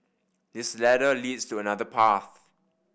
this ladder leads to another path